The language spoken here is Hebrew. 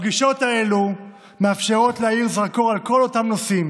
הפגישות האלה מאפשרות להאיר זרקור על כל אותם נושאים